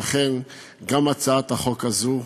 ואכן גם הצעת החוק הזאת,